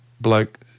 bloke